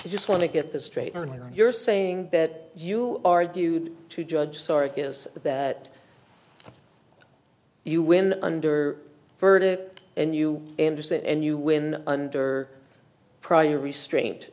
you just want to get this straight earlier and you're saying that you argued to judge sarik is that you win under verdict and you anderson and you win under prior restraint